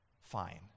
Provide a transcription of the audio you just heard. fine